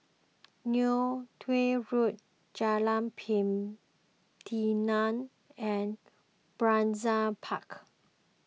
Neo Tiew Road Jalan Pelatina and Brizay Park